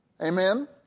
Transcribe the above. Amen